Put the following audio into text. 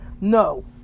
No